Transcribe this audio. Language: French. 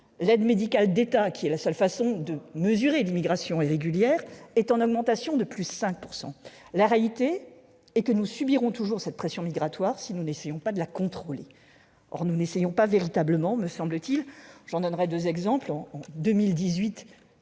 l'aide médicale de l'État, seule façon de mesurer l'immigration irrégulière, est en augmentation de plus de 5 %. C'est terrible ! La réalité est que nous subirons toujours cette pression migratoire, si nous n'essayons pas de la contrôler. Or nous n'essayons pas véritablement. J'en donnerai deux exemples : en 2018,